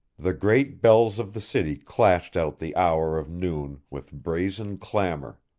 the great bells of the city clashed out the hour of noon with brazen clamor.